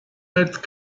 earth